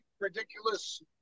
ridiculous